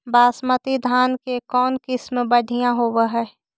बासमती धान के कौन किसम बँढ़िया होब है?